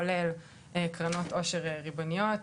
כולל קרנות עושר ריבוניות,